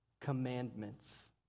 commandments